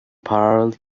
parallel